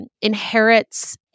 inherits